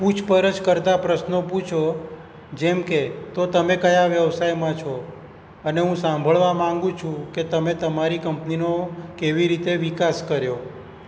પૂછપરછ કરતા પ્રશ્નો પૂછો જેમ કે તો તમે કયા વ્યવસાયમાં છો અને હું સાંભળવા માગું છું કે તમે તમારી કંપનીનો કેવી રીતે વિકાસ કર્યો